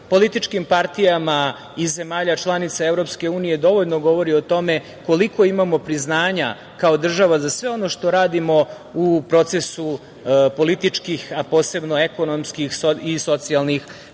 političkim partijama i zemalja članica EU, dovoljno govori o tome koliko imamo priznanja, kao država za sve ono što radimo u procesu političkih, a posebno ekonomskih i socijalnih